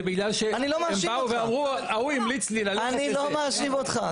זה בגלל שהם באו ואמרו: ההוא המליץ לי ללכת --- אני לא מאשים אותך,